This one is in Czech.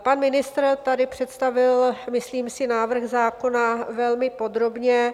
Pan ministr tady představil, myslím si, návrh zákona velmi podrobně.